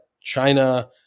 China